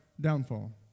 downfall